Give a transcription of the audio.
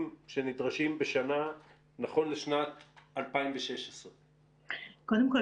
שנדרשים בשנה נכון לשנת 2016. קודם כל,